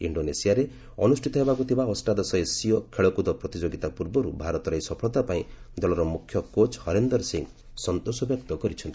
ଇଣ୍ଡୋନେସିଆରେ ଅନୁଷ୍ଠିତ ହେବାକୁ ଥିବା ଅଷ୍ଟାଦଶ ଏସୀୟ ଖେଳକୁଦ ପ୍ରତିଯୋଗିତା ପୂର୍ବରୁ ଭାରତର ଏହି ସଫଳତା ପାଇଁ ଦଳର ମୁଖ୍ୟ କୋଚ୍ ହରେନ୍ଦର ସିଂ ସନ୍ତୋଷ ବ୍ୟକ୍ତ କରିଛନ୍ତି